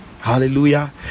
hallelujah